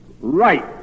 right